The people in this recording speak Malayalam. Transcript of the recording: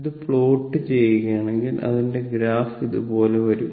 ഇത് പ്ലോട്ട് ചെയ്യുകയാണെങ്കിൽ അതിന്റെ ഗ്രാഫ് ഇതുപോലെ വരും